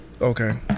okay